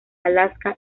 alaska